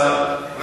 כבוד שר החינוך.